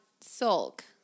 sulk